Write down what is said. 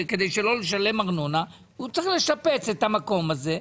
כדי לא לשלם ארנונה הוא צריך לשפץ את המקום הזה,